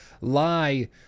lie